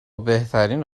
بهترین